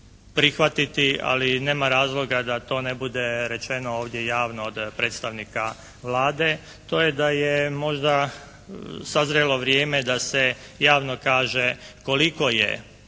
ali nema razloga da to ne bude rečeno ovdje javno od predstavnika Vlade. To je da je možda sazrelo vrijeme da se javno kaže koliko je